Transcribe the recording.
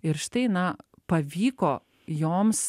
ir štai na pavyko joms